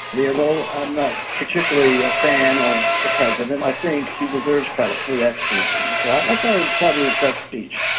although i'm not particularly a fan of the president, i think he deserves credit for that speech. and and so i thought it was probably his best speech.